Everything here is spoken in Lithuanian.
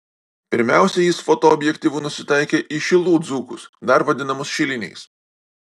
pirmiausia jis fotoobjektyvu nusitaikė į šilų dzūkus dar vadinamus šiliniais